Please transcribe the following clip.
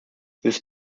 this